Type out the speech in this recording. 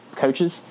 coaches